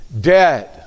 dead